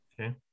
okay